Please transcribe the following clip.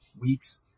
weeks